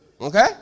Okay